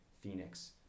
Phoenix